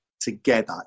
together